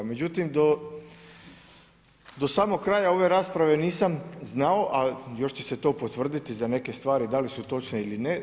Međutim, do samog kraja ove rasprave nisam znao, a još će se to potvrditi za neke stvari da li su točne ili ne.